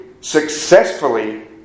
successfully